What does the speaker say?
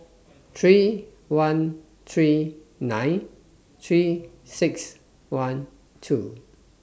three one three nine three six one two